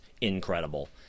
incredible